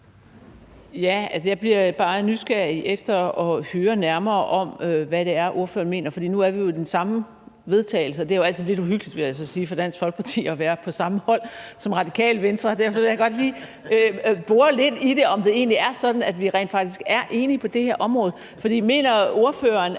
Jeg bliver bare nysgerrig efter at høre nærmere om, hvad det er, ordføreren mener, for nu er vi jo på den samme vedtagelse, og det er altid lidt uhyggeligt for Dansk Folkeparti, vil jeg så sige, altså at være på samme hold som Det Radikale Venstre, og derfor vil jeg godt lige bore lidt i det, altså om det egentlig er sådan, at vi rent faktisk er enige på det her område. Mener ordføreren,